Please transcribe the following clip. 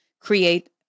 create